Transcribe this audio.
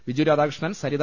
Biju Radhakrishnan Saritha